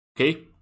Okay